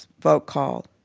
vote call,